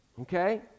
okay